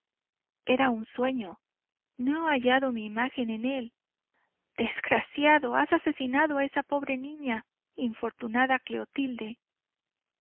era un sueño no he hallado mi imagen en él desgraciado has asesinado a esa pobre niña infortunada clotilde